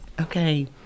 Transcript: Okay